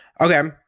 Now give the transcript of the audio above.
okay